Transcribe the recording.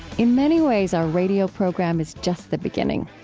in many ways, our radio program is just the beginning.